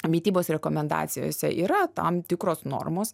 mitybos rekomendacijose yra tam tikros normos